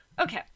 Okay